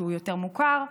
שהוא יותר מוכר.